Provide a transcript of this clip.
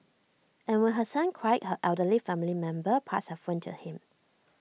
and when her son cried her elderly family member passed her phone to him